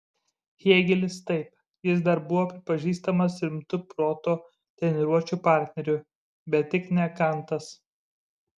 hėgelis taip jis dar buvo pripažįstamas rimtu proto treniruočių partneriu bet tik ne kantas